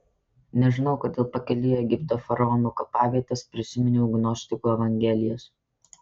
nežinau kodėl pakeliui į egipto faraonų kapavietes prisiminiau gnostikų evangelijas